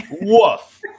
Woof